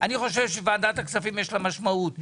אני חושב שלוועדת הכספים יש משמעות.